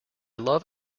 love